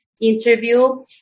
interview